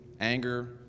anger